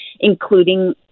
Including